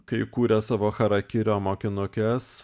kai kūrė savo charakirio mokinukes